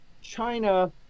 China